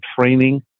training